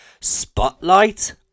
Spotlight